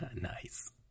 Nice